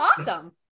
awesome